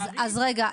חולים?